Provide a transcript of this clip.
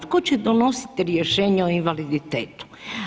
Tko će donositi rješenja i invaliditetu?